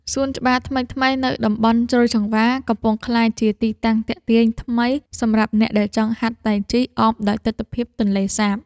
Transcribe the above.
សួនច្បារថ្មីៗនៅតំបន់ជ្រោយចង្វារ កំពុងក្លាយជាទីតាំងទាក់ទាញថ្មីសម្រាប់អ្នកដែលចង់ហាត់តៃជីអមដោយទិដ្ឋភាពទន្លេសាប។